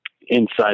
inside